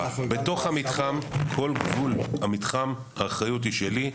בתוך המתחם, בתוך גבול המתחם, האחריות היא שלי,